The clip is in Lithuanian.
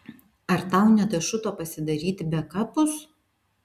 ar tau nedašuto pasidaryti bekapus